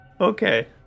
Okay